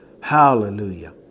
Hallelujah